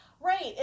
Right